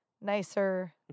Nicer